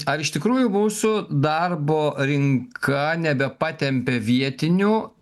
ar iš tikrųjų mūsų darbo rinka nebepatempia vietinių